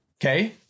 okay